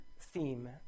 theme